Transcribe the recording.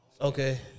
Okay